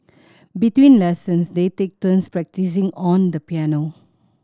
between lessons they take turns practising on the piano